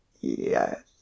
Yes